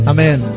Amen